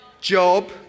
job